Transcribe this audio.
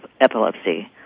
epilepsy